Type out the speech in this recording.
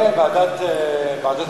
כן, לוועדת הפנים.